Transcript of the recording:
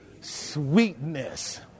sweetness